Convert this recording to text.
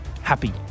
happy